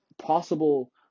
possible